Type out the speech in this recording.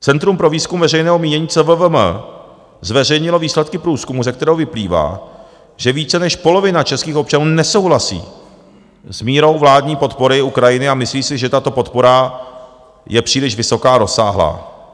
Centrum pro výzkum veřejného mínění CVVM zveřejnilo výsledky průzkumu, ze kterého vyplývá, že více než polovina českých občanů nesouhlasí s mírou vládní podpory Ukrajiny a myslí si, že tato podpora je příliš vysoká, rozsáhlá.